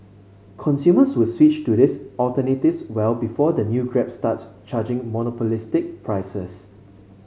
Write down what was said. consumers will switch to these alternatives well before the new Grab starts charging monopolistic prices